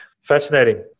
Fascinating